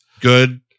good